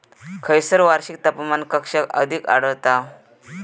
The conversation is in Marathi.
खैयसर वार्षिक तापमान कक्षा अधिक आढळता?